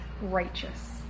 righteous